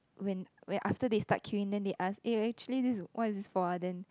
when when after they start queuing then they ask eh actually this what is this for ah then